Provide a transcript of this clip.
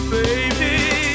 baby